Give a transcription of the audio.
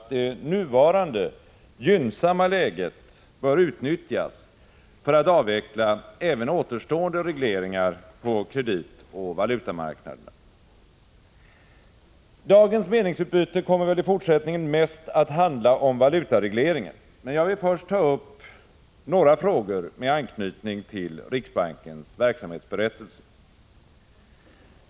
Herr talman! Den här debatten skall gälla riksbankens förvaltningsberättelse för 1985 och frågan om förlängd valutareglering. Under senare år har riksbanken genomfört en betydande avreglering av kreditpolitiken och inlett en avveckling av valutaregleringen. Vi moderater har drivit på denna utveckling, och som framgår av reservationen till betänkande 24 anser vi att det nuvarande gynnsamma läget bör utnyttjas för att avveckla även återstående regleringar på kreditoch valutamarknaderna. Dagens meningsutbyte kommer väl i fortsättningen mest att handla om valutaregleringen, men jag vill först ta upp några frågor med anknytning till riksbankens verksamhetsberättelse.